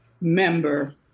member